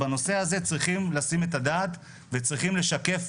בנושא הזה צריכים לשים את הדעת וצריכים לשקף